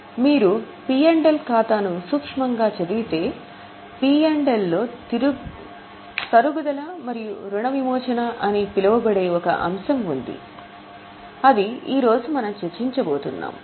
మీరు P L లో తరుగుదల మరియు రుణ విమోచన అని పిలువబడే ఒక అంశం ఉంది అది ఈ రోజు మనం చర్చించబోతున్నాం